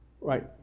right